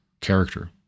character